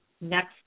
next